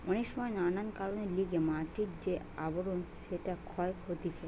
অনেক সময় নানান কারণের লিগে মাটির যে আবরণ সেটা ক্ষয় হতিছে